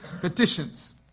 petitions